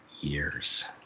years